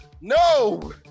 no